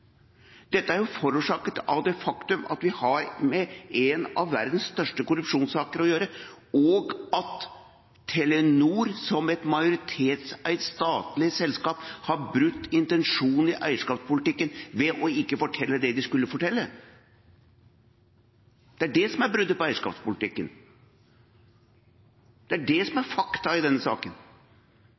Dette er jo forårsaket av det faktum at vi har med en av verdens største korrupsjonssaker å gjøre, og at Telenor, som et majoritetseid statlig selskap, har brutt intensjonen i eierskapspolitikken ved ikke å fortelle det de skulle fortelle. Det er det som er bruddet på eierskapspolitikken. Det er det som er faktum i denne saken.